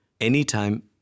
anytime